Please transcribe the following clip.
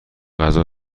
غذا